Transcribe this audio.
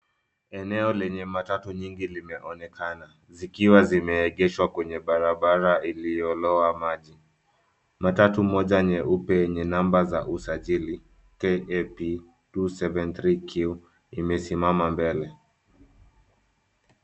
Eneo lenye matatu nyingi limeonekana zikiwa zimeegeshwa kwenye barabara iliyoloa maji. Matatu moja nyeupe yenye namba za usajili KAP two seven three Q limesimama mbele.